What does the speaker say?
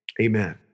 Amen